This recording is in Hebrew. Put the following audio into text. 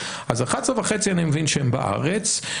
אז ה-11,500 אני מבין שהם בארץ,